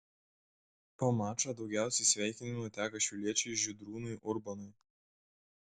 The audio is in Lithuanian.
po mačo daugiausiai sveikinimų teko šiauliečiui žydrūnui urbonui